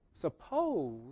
Suppose